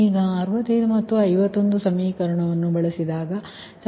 ಈಗ 65 ಮತ್ತು 51 ಸಮೀಕರಣವನ್ನು ಬಳಸುವುದು